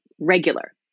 regular